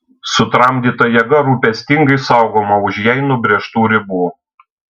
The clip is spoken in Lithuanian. sutramdyta jėga rūpestingai saugoma už jai nubrėžtų ribų